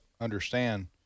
understand